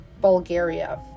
Bulgaria